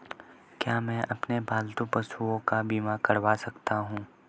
क्या मैं अपने पालतू पशुओं का बीमा करवा सकता हूं?